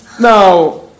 Now